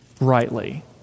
rightly